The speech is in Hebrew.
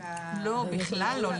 לא, בכלל לא.